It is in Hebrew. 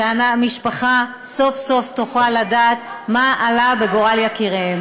שהמשפחה סוף-סוף תוכל לדעת מה עלה בגורל יקירה.